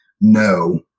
no